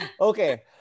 Okay